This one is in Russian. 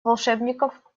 волшебников